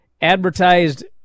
advertised